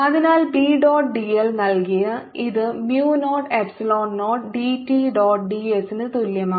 അതിനാൽ B dot dl നൽകിയ ഇത് mu naught epsilon naught dt dot ds ന് തുല്യമാണ്